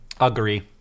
agree